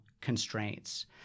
constraints